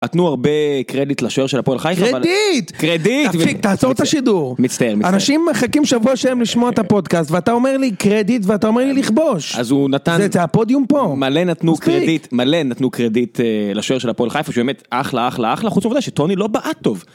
נתנו הרבה קרדיט לשוער של הפועל חייפה. קרדיט! קרדיט! תפסיק, תעצור את השידור. מצטער, מצטער. אנשים מחכים שבוע שלהם לשמוע את הפודקאסט, ואתה אומר לי קרדיט ואתה אומר לי לכבוש. אז הוא נתן... זה, זה הפודיום פה? מלא נתנו קרדיט. מספיק. מלא נתנו קרדיט לשוער של הפועל חיפה, שהוא באמת אחלה אחלה אחלה, חוץ מהעובדה שטוני לא בעט טוב.